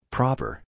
Proper